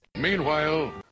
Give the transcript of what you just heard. Meanwhile